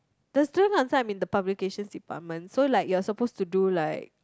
the student council I'm in the publications department so like you're supposed to do like